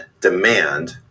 demand